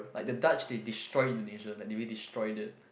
like the Dutch they destroy Indonesia like they really destroy it